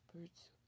experts